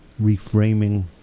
reframing